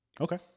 Okay